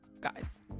Guys